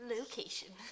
Location